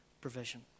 provision